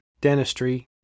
dentistry